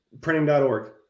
printing.org